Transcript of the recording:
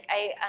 i,